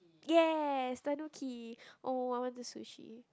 yes Tanuki oh I want the sushi